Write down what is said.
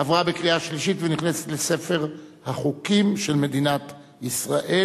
עברה בקריאה שלישית ונכנסת לספר החוקים של מדינת ישראל.